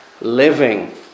Living